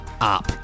Up